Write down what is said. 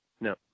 No